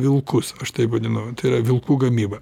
vilkus aš taip vadinu tai yra vilkų gamyba